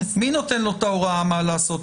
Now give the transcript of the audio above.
מי נותן לו את ההוראה מה לעשות?